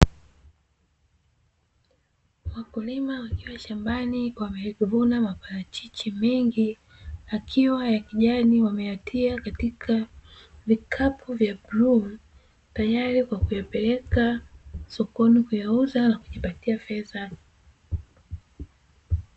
Wakulima wakiwa shambani, wamevuna maparachichi mengi yakiwa ya kijani, wameyatia katika vikapu vya bluu tayari kwa kuyapeleka sokoni kuyauza na kujipatia fedha.